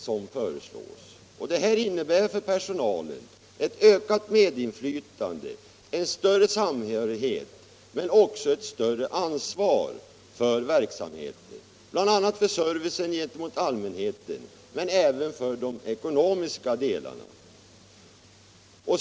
För personalen innebär detta ett ökat medinflytande, en större samhörighet men också ett större ansvar för verksamheten, bl.a. beträffande servicen gentemot allmänheten och även när det gäller de ekonomiska delarna.